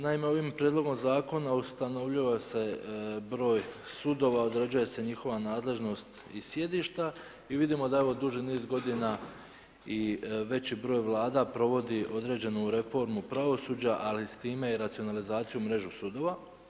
Naime, ovim prijedlogom zakona ustanovljuje se broj sudova, određuje se njihova nadležnost i sjedišta i vidimo da je ovo duži niz godina i veći broj vlada provodi određenu reformu pravosuđa, ali s time i racionalizaciju mrežu sudova.